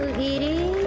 meeting,